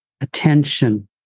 attention